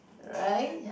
right